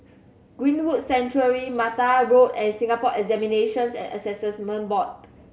Greenwood Sanctuary Mattar Road and Singapore Examinations and Assessment Board